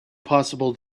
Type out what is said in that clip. possible